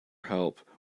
help